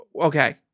Okay